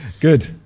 Good